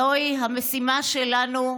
זוהי המשימה שלנו,